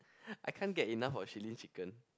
I can't get enough of Shilin Chicken